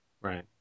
Right